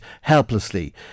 helplessly